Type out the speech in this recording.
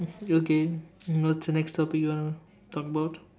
okay so what's the next topic you want to talk about